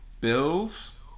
Bills